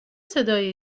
صدایی